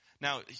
Now